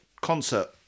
concert